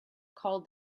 called